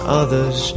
others